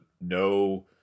no